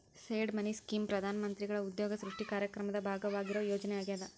seed money scheme ಪ್ರಧಾನ ಮಂತ್ರಿಗಳ ಉದ್ಯೋಗ ಸೃಷ್ಟಿ ಕಾರ್ಯಕ್ರಮದ ಭಾಗವಾಗಿರುವ ಯೋಜನೆ ಆಗ್ಯಾದ